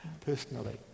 personally